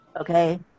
okay